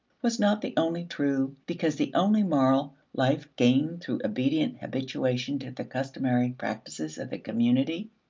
was not the only true, because the only moral, life gained through obedient habituation to the customary practices of the community?